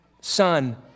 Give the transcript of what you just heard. Son